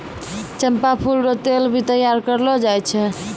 चंपा फूल रो तेल भी तैयार करलो जाय छै